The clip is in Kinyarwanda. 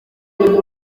gifasha